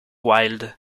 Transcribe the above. wilde